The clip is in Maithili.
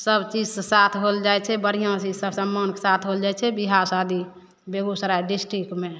सब चीजके साथ होल जाइ छै बढ़िऑंसे इसब सम्मान साथ होल जाइ छै विवाह शादी बेगुसराय डिस्टिकमे